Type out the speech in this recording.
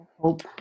hope